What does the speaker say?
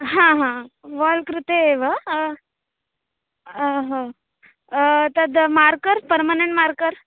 हा हा वाल् कृते एव हा हा तद् मार्कर् पर्मनेण्ट् मार्कर्